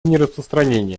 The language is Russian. нераспространения